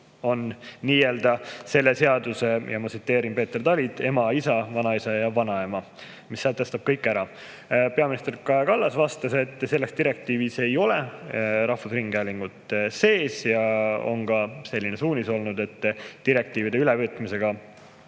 on nii-öelda – ma tsiteerin Peeter Tali – "kõigi seaduste ema, isa, vanaisa ja vanaema, mis sätestab kõik ära". Peaminister Kaja Kallas vastas, et selles direktiivis ei ole rahvusringhäälingut sees ja on ka selline suunis olnud, et direktiivide ülevõtmisega